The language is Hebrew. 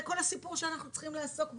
זה כל הסיפור שאנחנו צריכים לעסוק בו.